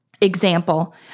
Example